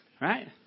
Right